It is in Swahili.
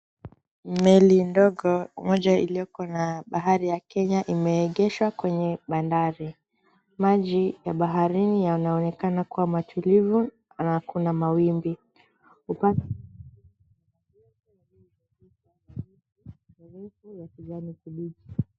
Meli ndogo moja iliyo na rangi ya Kenya imeegeshwa kwenye bahari maji ya baharini yanaonekana kuwa matulivu na kuna mawimbi upande wa kulia kuna miti mirefu ya kijani kibichi.